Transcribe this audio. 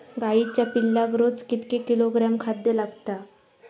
गाईच्या पिल्लाक रोज कितके किलोग्रॅम खाद्य लागता?